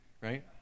right